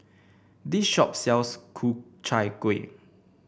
this shop sells Ku Chai Kueh